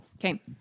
okay